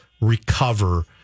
recover